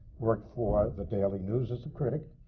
worked for the daily news as a critic,